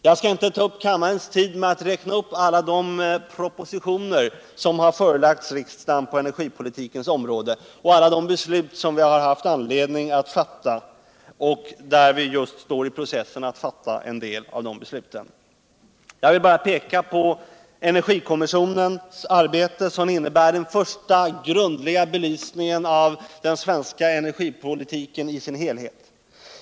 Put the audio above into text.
Jag skall inte ta upp kammarens tid med att räkna upp alla de propositioner som förelagts riksdagen på energipolitikens område och alla de beslut som vi haft anledning att fatta — och där vi just står i processen att fatta en del av dessa beslut. Jag vill bara peka på energikommissionens arbete, som innebär den första grundliga belysningen av den svenska energipolitiken i sin helhet.